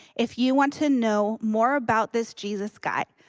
if you want to know more about this jesus guy,